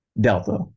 Delta